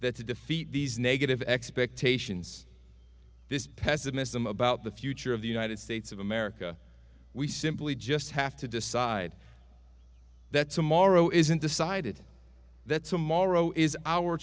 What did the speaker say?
to defeat these negative expectations this pessimism about the future of the united states of america we simply just have to decide that tomorrow isn't decided that tomorrow is our